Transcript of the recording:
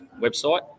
website